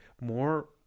more